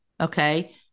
okay